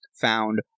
found